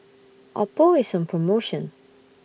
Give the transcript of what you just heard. Oppo IS on promotion